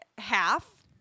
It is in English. Half